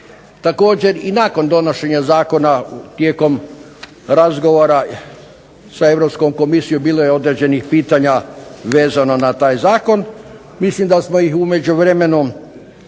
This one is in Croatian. također i nakon donošenja zakona tijekom razgovora sa Europskom Komisijom bilo određenih pitanja vezano na taj zakon, mislim da smo ih u međuvremenu raščistili,